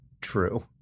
true